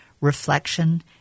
reflection